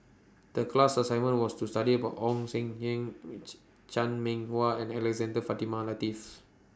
The class assignment was to study about Ong Seng Kim Chan Meng Wah and Alexander Fatimah Lateef